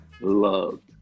loved